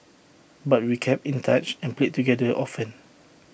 but we kept in touch and played together often